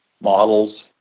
models